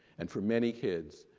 and for many kids,